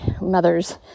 mothers